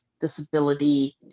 disability